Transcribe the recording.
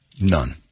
None